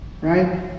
Right